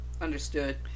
Understood